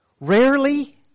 Rarely